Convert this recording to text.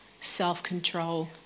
self-control